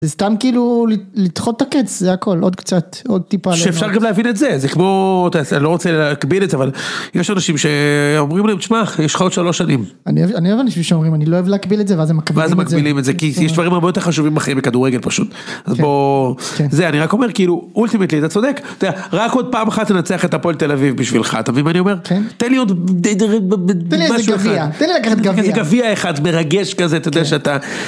זה סתם כאילו לדחות את הקץ זה הכל עוד קצת עוד טיפה להבין את זה זה כמו אתה לא רוצה להקביל את זה אבל יש אנשים שאומרים לי תשמע יש לך עוד שלוש שנים. אני לא אוהב להקביל את זה ואז הם מקבלים את זה כי יש דברים הרבה יותר חשובים בחיים מכדורגל פשוט אז בואו זה אני רק אומר כאילו אולטימטלי אתה צודק רק עוד פעם אחת לנצח את הפועל תל אביב בשבילך אתה מבין מה אני אומר. תן לי עוד משהו אחר תן לי לקחת גביע, תן לי לקחת גביע אחת מרגש כזה אתה יודע שאתה...